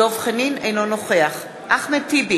אינו נוכח אחמד טיבי,